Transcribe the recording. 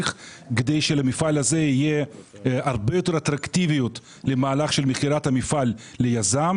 שלמפעל הזה תהיה הרבה יותר אטרקטיביות במהלך מכירתו ליזם.